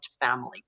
family